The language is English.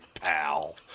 pal